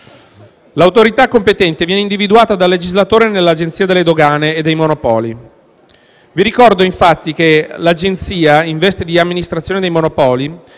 L'autorità competente viene individuata dal legislatore nell'Agenzia delle dogane e dei monopoli. Vi ricordo infatti che l'Agenzia, in veste di amministrazione dei monopoli,